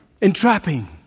entrapping